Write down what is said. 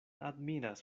admiras